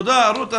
תודה רות.